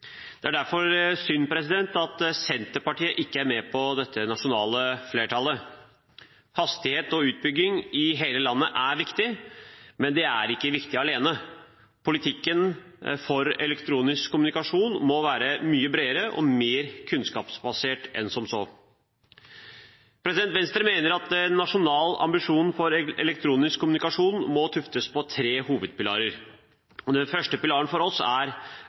Det er derfor synd at Senterpartiet ikke er med på dette nasjonale flertallet. Hastighet og utbygging i hele landet er viktig, men det er ikke viktig alene. Politikken for elektronisk kommunikasjon må være mye bredere og mer kunnskapsbasert enn som så. Venstre mener at en nasjonal ambisjon for elektronisk kommunikasjon må tuftes på tre hovedpilarer. Den første pilaren er for oss